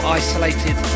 isolated